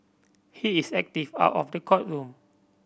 he is active out of the courtroom